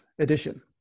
edition